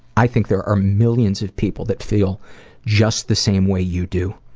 i think there are millions of people that feel just the same way you do.